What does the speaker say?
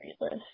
list